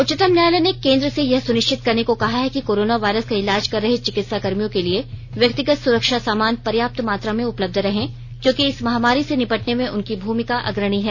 उच्चतम न्यायालय ने केंद्र से यह सुनिश्चित करने को कहा है कि कोरोना वायरस का इलाज कर रहे चिकित्सा कर्मियों के लिए व्यक्तिगत सुरक्षा सामान पर्याप्त मात्रा में उपलब्ध रहें क्योंकि इस महामारी से निपटने में उनकी भूमिका अग्रणी हैं